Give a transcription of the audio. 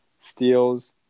steals